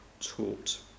taught